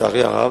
לצערי הרב.